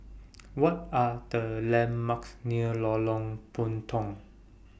What Are The landmarks near Lorong Puntong